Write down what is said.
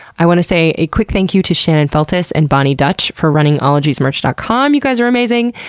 i wanna say a quick thank you to shannon feltus and boni dutch for running ologiesmerch dot com you guys are amazing!